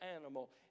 animal